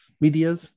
medias